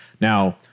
Now